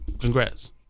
Congrats